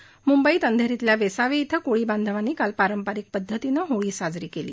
म्ंबईत अंधेरीतल्या वेसावे इथं कोळी बांधवांनी काल पारंपरिक पद्धतीनं होळी साजरी केली